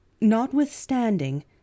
notwithstanding